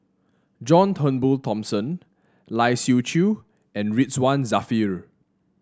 John Turnbull Thomson Lai Siu Chiu and Ridzwan Dzafir